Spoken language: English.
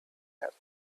earth